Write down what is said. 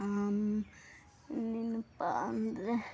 ಇನ್ನು ಏನಪ್ಪ ಅಂದರೆ